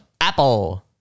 Apple